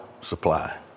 supply